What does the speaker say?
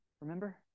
Remember